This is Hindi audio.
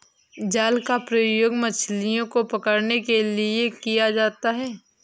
जाल का प्रयोग मछलियो को पकड़ने के लिये किया जाता है